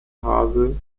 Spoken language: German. hase